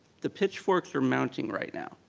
the pitchforks are mounting right now.